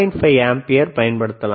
5 ampere வரை பயன்படுத்தலாம்